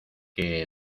que